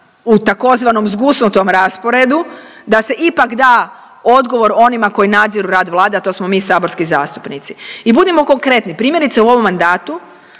u tzv. zgusnutom rasporedu da se ipak da odgovor onima koji nadziru rad Vlade, a to smo mi, saborski zastupnici i budimo konkretni, primjerice, u ovom mandatu